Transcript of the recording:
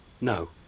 No